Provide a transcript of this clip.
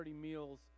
meals